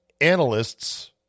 analysts